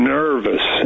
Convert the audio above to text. nervous